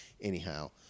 anyhow